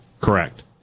Correct